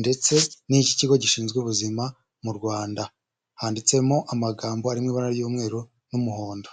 ndetse n'icy'ikigo gishinzwe ubuzima mu Rwanda handitsemo amagambo arimo ibara ry'umweru n'umuhondo.